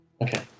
Okay